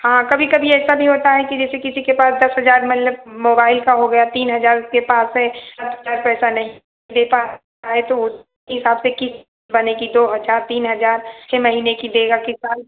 हाँ कभी कभी ऐसा भी होता है कि जैसे किसी के पास दस हजार मतलब मोबाइल का हो गया तीन हजार उसके पास है अब बेचारा पैसा नहीं दे पा रहा है तो उसके हिसाब से किश्त बनेगी दो हजार तीन हजार छः महीने की देगा कि साल